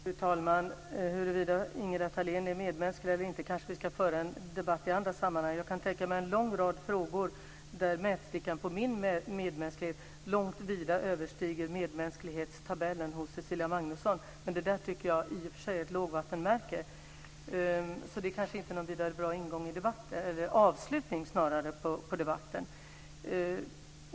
Fru talman! En debatt om huruvida Ingela Thalén är medmänsklig eller inte ska vi kanske föra i andra sammanhang. Jag kan tänka mig en lång rad frågor där mätstickan vad gäller min medmänsklighet vida överstiger medmänsklighetstabellen hos Cecilia Magnusson. I och för sig är det där ett lågvattenmärke, så det är kanske inte en särskilt bra avslutning av debatten.